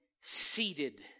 seated